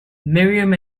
miriam